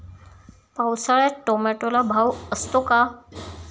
पावसाळ्यात टोमॅटोला भाव असतो का?